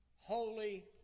holy